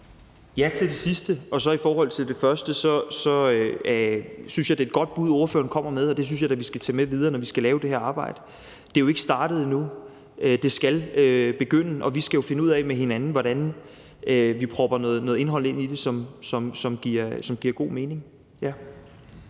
Ja til det sidste. I forhold til det første vil jeg sige, at jeg synes, at det er et godt bud, ordføreren kommer med, og det synes jeg da at vi skal tage med videre, når vi skal lave det her arbejde. Det er jo ikke startet endnu, det skal til at begynde, og vi skal finde ud af med hinanden, hvordan vi propper noget indhold ind i det, som giver god mening.